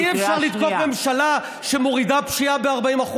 אי-אפשר לתקוף ממשלה שמורידה פשיעה ב-40%.